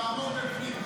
הוא כבר עמוק בפנים.